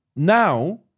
Now